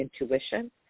intuition